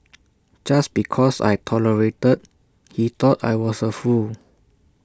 just because I tolerated he thought I was A fool